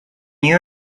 you